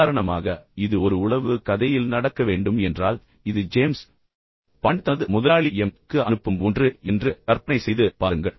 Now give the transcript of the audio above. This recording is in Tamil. உதாரணமாக இது ஒரு உளவுக் கதையில் நடக்க வேண்டும் என்றால் இது ஜேம்ஸ் பாண்ட் தனது முதலாளி எம் க்கு அனுப்பும் ஒன்று என்று கற்பனை செய்து பாருங்கள்